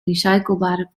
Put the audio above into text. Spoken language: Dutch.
recycleerbare